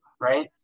right